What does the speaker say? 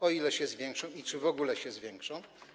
O ile się zwiększą i czy w ogóle się zwiększą?